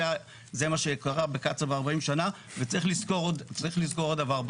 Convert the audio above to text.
זה מה שקרה בקצא"א ב-40 שנה וצריך לזכור עוד דבר,